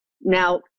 Now